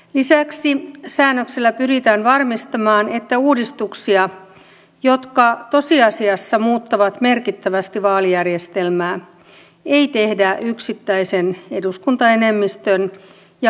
lisäksi säännöksellä pyritään varmistamaan että uudistuksia jotka tosiasiassa muuttavat merkittävästi vaalijärjestelmää ei tehdä yksittäisen eduskuntaenemmistön ja hallituskoalition voimin